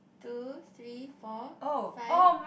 two three four five